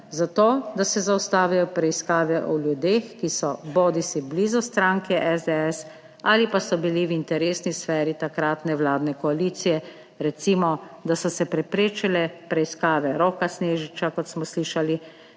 za to, da se zaustavijo preiskave o ljudeh, ki so bodisi blizu stranke SDS ali pa so bili v interesni sferi takratne vladne koalicije, recimo, da so se preprečile preiskave Roka Snežiča, kot smo slišali,